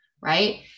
right